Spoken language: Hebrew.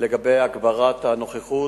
לגבי הגברת הנוכחות,